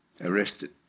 arrested